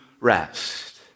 rest